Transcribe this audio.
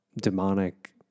demonic